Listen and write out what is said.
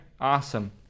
Awesome